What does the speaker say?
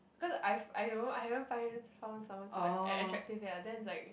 cause I f~ I don't know I haven't find someone someone so at~ attractive yet then it's like